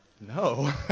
No